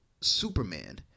Superman